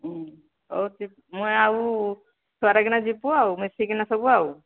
ହଉ ମୁଁ ଆଉ ଥରେକିନା ଯିବୁ ଆଉ ମିଶିକିନା ସବୁ ଆଉ